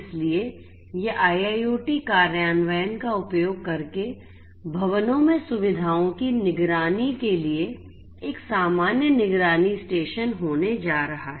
इसलिए यह IIoT कार्यान्वयन का उपयोग करके भवनों में सुविधाओं की निगरानी के लिए एक सामान्य निगरानी स्टेशन होने जा रहा है